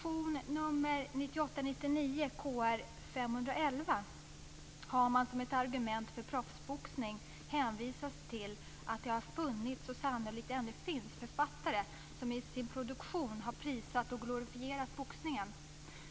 I motion nr 1998/99:Kr511 har man som ett argument för proffsboxning hänvisat till att det har funnits och sannolikt ännu finns författare som i sin produktion har prisat och glorifierat boxningen.